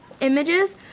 images